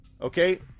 Okay